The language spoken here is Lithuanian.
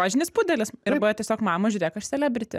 rožinis pudelis ir buvo tiesiog mama žiūrėk aš selebriti